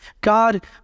God